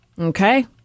Okay